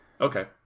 Okay